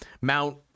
Mount